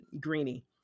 Greenie